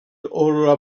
aurora